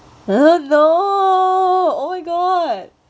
!huh! no oh oh my god